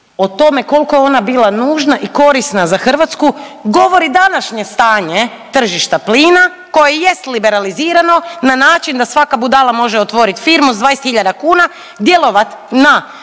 o tome koliko je ona bila nužna i korisna za Hrvatsku govori današnje stanje tržišta plina koje jest liberalizirano na način da svaka budala može otvorit firmu s 20 hiljada kuna, djelovat na